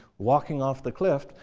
walking off the cliff.